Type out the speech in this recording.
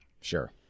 Sure